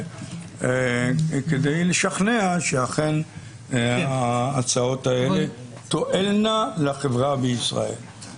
כדי לשכנע שאכן ההצעות האלה תועלנה לחברה בישראל.